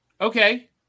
Okay